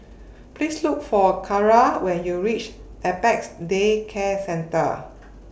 Please Look For Keara when YOU REACH Apex Day Care Centre